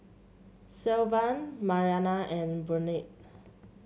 Sylvan Marianna and Burnett